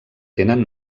tenen